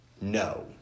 no